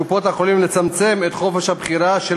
לקופות-החולים לצמצם את חופש הבחירה של